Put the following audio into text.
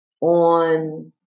on